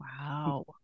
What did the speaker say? wow